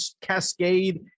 cascade